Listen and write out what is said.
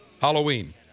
Halloween